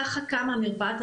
ככה קמה מרפאת המחלימים,